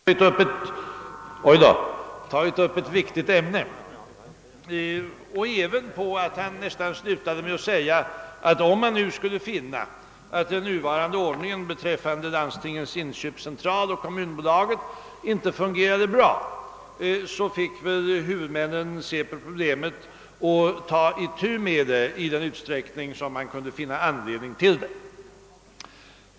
Herr talman! Jag sätter värde på att herr Börjesson i Glömminge ansåg att jag i min motion tagit upp ett viktigt ämne och även på att han avslutningsvis framhöll att om man skulle finna att den nuvarande ordningen beträffande Landstingens inköpscentral och Kommunaktiebolaget inte fungerade bra, måste huvudmännen ta itu med problemet i den utsträckning det kunde finnas anledning till.